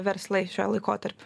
verslai šiuo laikotarpiu